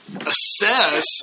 assess